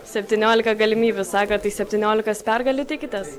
septyniolika galimybių sakot tai septyniolikos pergalių tikitės